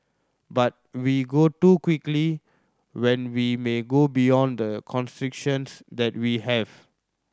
but we go too quickly when we may go beyond the constraints that we have